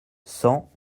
cent